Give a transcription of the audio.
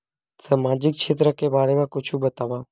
सामजिक क्षेत्र के बारे मा कुछु बतावव?